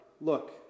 Look